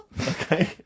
Okay